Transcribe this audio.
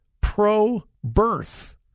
pro-birth